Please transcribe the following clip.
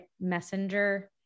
messenger